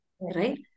right